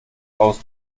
aus